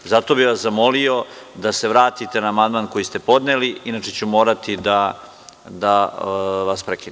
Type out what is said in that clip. Zato bih vas zamolio da se vratite na amandman koji ste podneli, inače ću morati da vas prekinem.